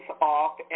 off